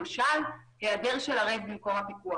למשל היעדר של ערב במקום הפיקוח.